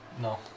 No